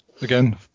Again